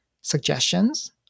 suggestions